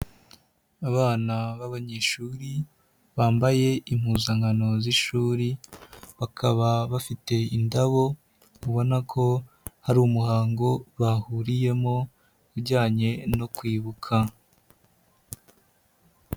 Abana b abanyeshuri bambaye impuzankano z'ishuri bakaba bafite indabo ubona ko ari umuhango bahuriyemo ujyanye no kwibuka.